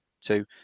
two